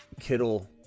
Kittle